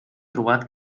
trobat